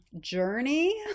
journey